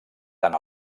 tant